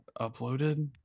uploaded